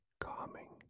calming